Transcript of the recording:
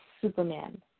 Superman